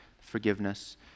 forgiveness